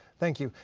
thank you.